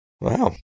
Wow